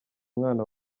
mwana